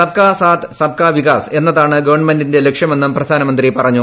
സബ്കാ സാത് സബ്കാ വികാസ് എന്നതാണ് ഗവൺമെന്റിന്റെ ലക്ഷ്യമെന്നും പ്രധാനമന്ത്രി പറഞ്ഞു